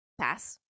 pass